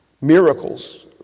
miracles